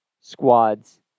Squads